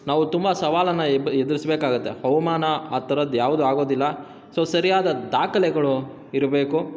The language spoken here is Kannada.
ನಾವು ತುಂಬ ಸವಾಲನ್ನು ಎಬ್ ಎದುರಿಸ್ಬೇಕಾಗತ್ತೆ ಅವಮಾನ ಆ ಥರದ್ ಯಾವುದು ಆಗೋದಿಲ್ಲ ಸೊ ಸರಿಯಾದ ದಾಖಲೆಗಳು ಇರಬೇಕು